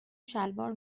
شلوار